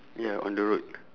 ya on the road